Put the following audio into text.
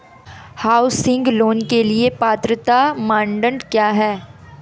Housing loan के लिए पात्रता मानदंड क्या हैं?